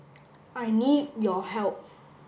I need your help